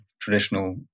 traditional